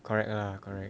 correct lah correct